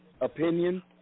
opinion